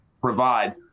provide